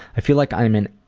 i feel like i'm in,